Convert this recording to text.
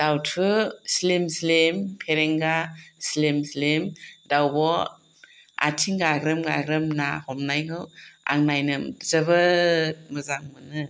दाउथु स्लिम स्लिम फेरेंगा स्लिम स्लिम दावब' आथिं गाग्रोम गाग्रोम ना हमनायखौ आं नायनो जोबोद मोजां मोनो